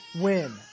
win